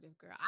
girl